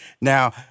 Now